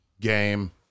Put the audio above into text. game